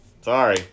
Sorry